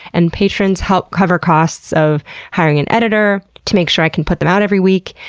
and patrons help cover costs of hiring an editor to make sure i can put them out every week.